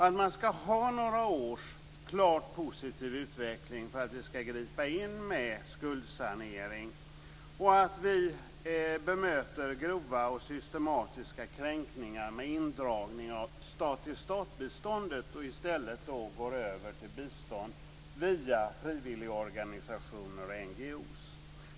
De skall ha haft några års klart positiv utveckling för att vi skall gripa in med skuldsanering. Vi skall också bemöta grova och systematiska kränkningar med indragning av stat-till-statbiståndet och i stället gå över till bistånd via frivilligorganisationer och NGO:er.